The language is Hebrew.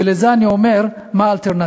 ועל זה אני אומר: מה האלטרנטיבה?